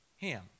Ham